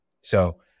So-